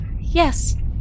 Yes